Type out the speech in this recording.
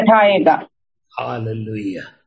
Hallelujah